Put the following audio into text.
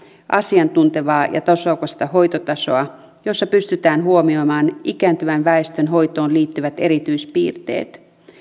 asiantuntevaa ja tasokasta hoitotasoa jossa pystytään huomioimaan ikääntyvän väestön hoitoon liittyvät erityispiirteet